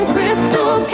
Crystal